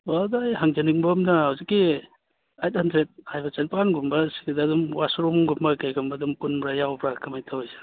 ꯑꯣ ꯑꯗꯣ ꯑꯩ ꯍꯪꯖꯅꯤꯡꯕ ꯑꯃꯅ ꯍꯧꯖꯤꯛꯀꯤ ꯑꯦꯠ ꯍꯟꯗ꯭ꯔꯦꯠ ꯍꯥꯏꯕ ꯆꯥꯅꯤꯄꯥꯜ ꯒꯨꯝꯕ ꯁꯤꯗ ꯑꯗꯨꯝ ꯋꯥꯁꯔꯨꯝꯒꯨꯝꯕ ꯀꯩꯒꯨꯝꯕ ꯑꯗꯨꯝ ꯄꯨꯟꯕ꯭ꯔꯥ ꯌꯥꯎꯕ꯭ꯔꯥ ꯀꯃꯥꯏ ꯇꯧꯏ